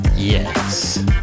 Yes